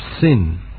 sin